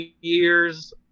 years